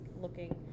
looking